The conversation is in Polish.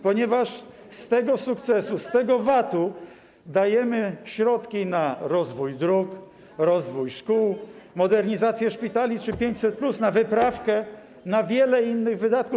Przecież z tego sukcesu, z tego VAT-u dajemy środki na rozwój dróg, rozwój szkół, modernizację szpitali czy 500+, na wyprawkę, na wiele innych wydatków.